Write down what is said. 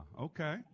okay